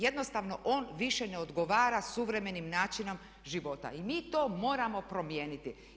Jednosatno on više ne odgovara suvremenim načinom života i mi to moramo promijeniti.